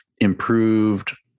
improved